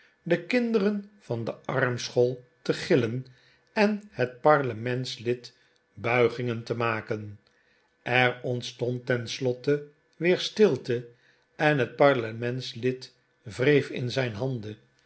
de kinderen van de armschool te gillen en het parlementslid buigingen te maken er ontstond tenslotte weer stilte en het parlementslid wreef in zijn handen